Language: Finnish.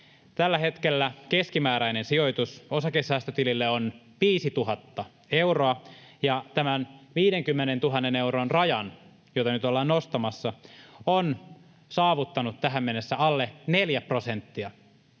Tällä hetkellä keskimääräinen sijoitus osakesäästötilille on 5 000 euroa, ja tämän 50 000 euron rajan, jota nyt ollaan nostamassa, on saavuttanut tähän mennessä alle neljä prosenttia